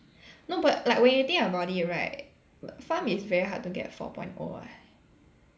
no but like when you think about it right pharm is very hard to get four point O [what]